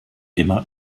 immer